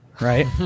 Right